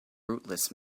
rootless